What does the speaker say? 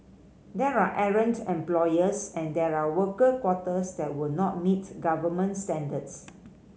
there are errant employers and there are worker quarters that would not meet government standards